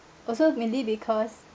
also mainly because